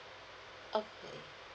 okay